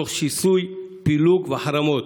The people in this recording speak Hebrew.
תוך שיסוי, פילוג וחרמות.